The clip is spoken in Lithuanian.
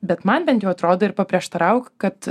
bet man bent jau atrodo ir paprieštarauk kad